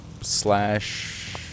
slash